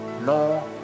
no